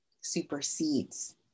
supersedes